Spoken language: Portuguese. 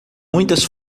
muitas